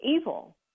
evil